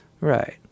Right